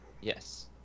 Yes